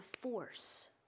force